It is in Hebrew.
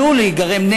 עלול להיגרם,